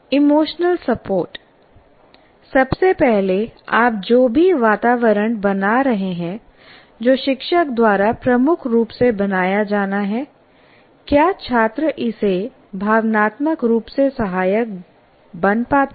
emotional support सबसे पहले आप जो भी वातावरण बना रहे हैं जो शिक्षक द्वारा प्रमुख रूप से बनाया जाना है क्या छात्र इसे भावनात्मक रूप से सहायक बन पाता है